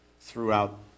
throughout